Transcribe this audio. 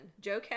Joe